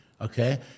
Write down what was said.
okay